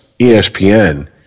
ESPN